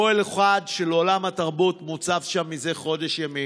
אוהל אחד, של עולם התרבות, מוצב שם זה חודש ימים,